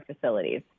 facilities